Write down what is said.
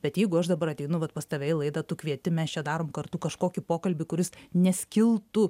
bet jeigu aš dabar ateinu vat pas tave į laidą tu kvieti mes čia darom kartu kažkokį pokalbį kuris neskiltų